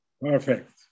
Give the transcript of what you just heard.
Perfect